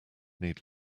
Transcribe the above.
need